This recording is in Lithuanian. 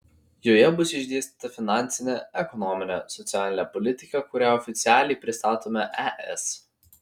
joje bus išdėstyta finansinė ekonominė socialinė politika kurią oficialiai pristatome es